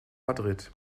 madrid